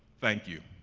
thank you.